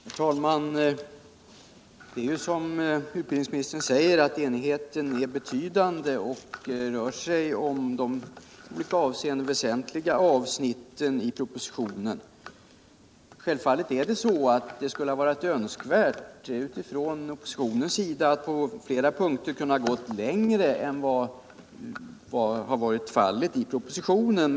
Herr talman! Det är ju som utbildningsministern säger, att enigheten är betydande och gäller de i olika avseenden väsentliga avsnitten i propositionen. Men naturligtvis hade det varit önskvärt från oppositionens sida att på flera punkter kunna gå längre än i propositionen.